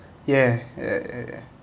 ya eh eh eh